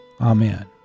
Amen